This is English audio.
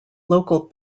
local